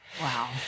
Wow